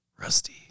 rusty